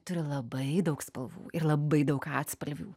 turi labai daug spalvų ir labai daug atspalvių